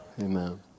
Amen